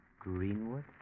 Greenwood